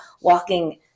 walking